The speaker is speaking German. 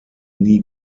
nie